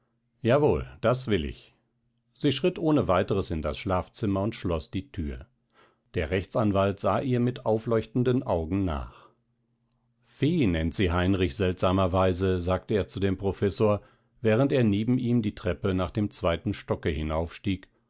das will ich sie schritt ohne weiteres in das schlafzimmer und schloß die thür der rechtsanwalt sah ihr mit aufleuchtenden augen nach fee nennt sie heinrich seltsamerweise sagte er zu dem professor während er neben ihm die treppe nach dem zweiten stocke